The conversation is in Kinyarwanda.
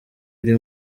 iri